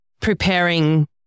preparing